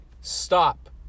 stop